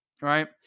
right